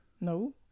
no